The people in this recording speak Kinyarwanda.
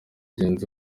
genzi